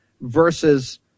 Versus